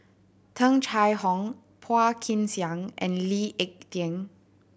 Tung Chye Hong Phua Kin Siang and Lee Ek Tieng